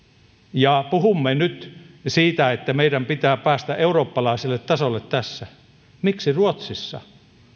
ja puhumme nyt siitä että meidän pitää päästä eurooppalaiselle tasolle tässä miksi ruotsissa